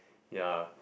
ya